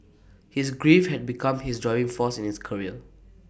his grief had become his driving force in his career